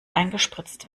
eingespritzt